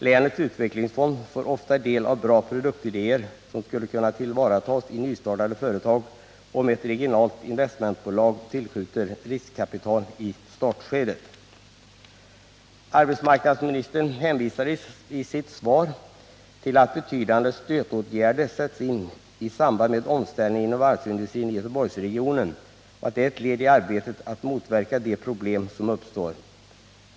Länets utvecklingsfond får ofta del av bra produktidéer som skulle kunna tillvaratas i nystartade företag om ett regionalt investmentbolag tillskjuter riskkapital i startskedet. Arbetsmarknadsministern hänvisar i sitt svar till att betydande stödåtgärder sätts in i samband med omställningen inom varvsindustrin i Göteborgsregionen och att detta är ett led i arbetet med att motverka de problem som uppstår.